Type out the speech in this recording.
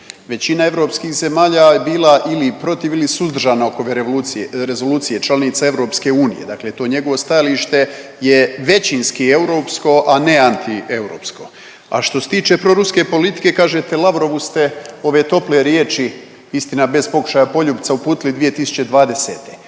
Većina europskih zemalja je bila ili protiv ili suzdržana oko ove rezolucije, članica Europske unije dakle to njegovo stajalište je većinski europsko, a ne antieuropsko. A što se tiče proruske politike, kažete Lavrovu ste ove tople riječi, istina bez pokušaja poljupca uputili 2020.